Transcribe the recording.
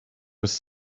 was